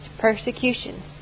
persecution